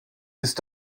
ist